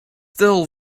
still